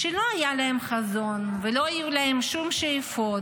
שלא היה להם חזון ולא היו להם שום שאיפות,